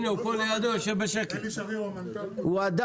אלי שריר הוא המנכ"ל --- סגן שר במשרד